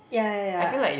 ya ya ya